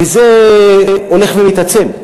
וזה הולך ומתעצם,